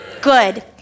Good